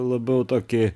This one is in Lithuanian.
labiau tokį